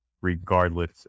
regardless